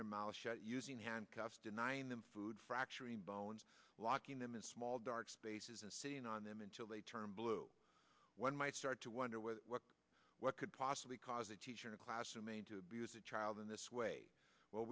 their mouths shut using handcuffs denying them food fracturing bones locking them in small dark spaces and sitting on them until they turn blue one might start to wonder whether what could possibly cause a teacher in a class in maine to abuse a child in this way well